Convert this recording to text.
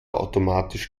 automatisch